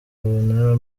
buntera